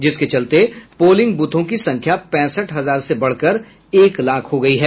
जिसके चलते पोलिंग ब्रथों की संख्या पैंसठ हजार से बढ़कर एक लाख हो गयी है